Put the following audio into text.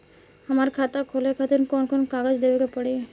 हमार खाता खोले खातिर कौन कौन कागज देवे के पड़ी?